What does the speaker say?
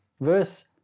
Verse